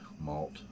malt